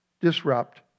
disrupt